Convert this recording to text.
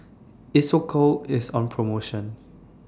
Isocal IS on promotion